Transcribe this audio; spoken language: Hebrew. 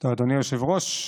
היושב-ראש,